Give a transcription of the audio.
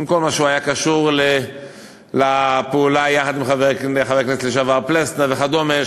עם כל מה שהוא היה קשור לפעולה יחד עם חבר הכנסת לשעבר פלסנר וכדומה,